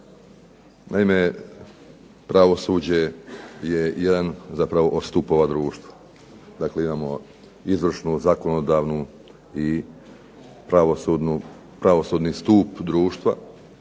Naime, pravosuđe je jedan zapravo od stupova društva. Dakle, imamo izvršnu, zakonodavnu i pravosudni stup društva